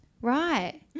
Right